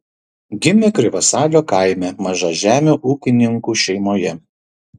gimė krivasalio kaime mažažemių ūkininkų šeimoje